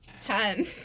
ten